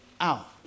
out